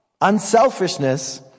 unselfishness